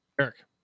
eric